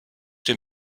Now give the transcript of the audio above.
dem